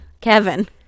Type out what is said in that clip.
Kevin